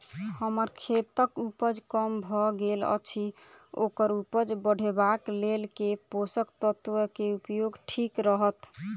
हम्मर खेतक उपज कम भऽ गेल अछि ओकर उपज बढ़ेबाक लेल केँ पोसक तत्व केँ उपयोग ठीक रहत?